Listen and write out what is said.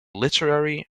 literary